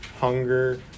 hunger